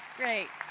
great.